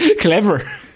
Clever